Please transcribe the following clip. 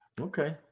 Okay